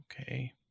Okay